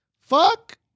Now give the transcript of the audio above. Fuck